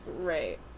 Right